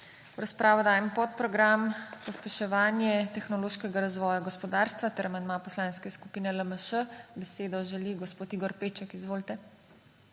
V razpravo dajem podprogram Pospeševanje tehnološkega razvoja gospodarstva ter amandma Poslanske skupine LMŠ. Besedo želi gospod Igor Peček. Izvolite.